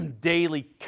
daily